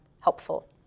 helpful